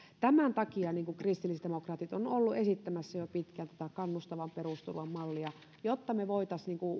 tämän takia kristillisdemokraatit ovat olleet esittämässä jo pitkään tätä kannustavan perusturvan mallia jotta me voisimme